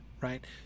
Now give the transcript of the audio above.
right